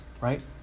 right